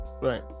right